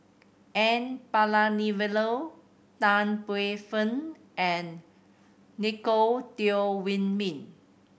N Palanivelu Tan Paey Fern and Nicolette Teo Wei Min